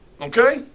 Okay